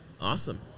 Awesome